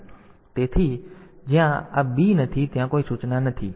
તેથી જ્યાં આ b નથી ત્યાં કોઈ સૂચના નથી